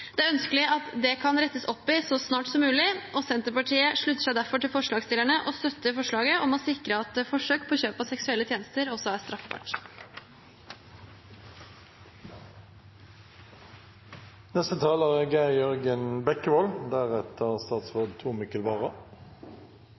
Det er ønskelig at det rettes opp i så snart som mulig, og Senterpartiet slutter seg derfor til forslagsstillerne og støtter forslaget om å sikre at forsøk på kjøp av seksuelle tjenester også er